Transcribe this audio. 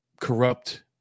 corrupt